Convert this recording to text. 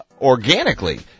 organically